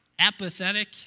apathetic